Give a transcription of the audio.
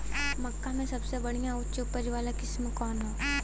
मक्का में सबसे बढ़िया उच्च उपज वाला किस्म कौन ह?